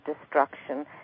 destruction